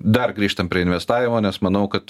dar grįžtam prie investavimo nes manau kad